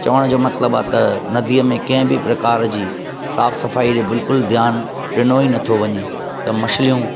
चवण जो मतिलबु आहे त नदीअ में कंहिं बि प्रकार जी साफ़ु सफ़ाईअ जो बिल्कुलु ध्यानु ॾिनो ई नथो वञे त मछलियूं